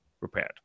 repaired